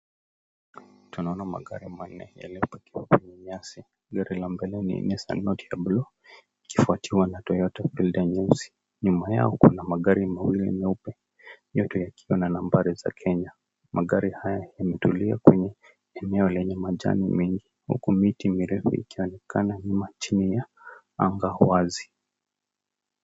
Tunaona magari manne iliyo pakiwa kwa nyasi, gari la mbele ni Nissan note ya blue ikifuatiwa na Toyota Fielder nyeusi, nyuma yao kuna magari mawili meupe yote yakiwa na nambari ya Kenya, magari haya yametulia kwenye eneo lenye majani mengi huku miti mirefu ikionekana nyuma chini ya anga wazi.